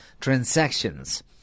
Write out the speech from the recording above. transactions